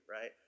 right